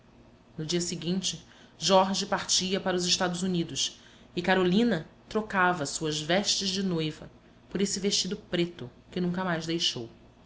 no dia seguinte jorge partia para os estados unidos e carolina trocava suas vestes de noiva por esse vestido preto que nunca mais deixou